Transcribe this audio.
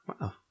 Wow